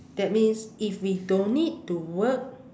that means if we don't need to work